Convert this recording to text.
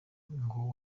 ngo